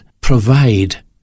provide